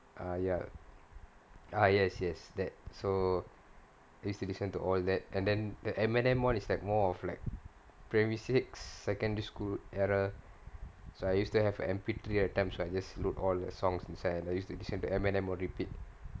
ah ya ah yes yes that so I used to listen to all that and the eminem [one] is more of like primary six secondary school era so I used to have a M_P three that time so I just load all the songs inside and I used ot listen to eminem on repeat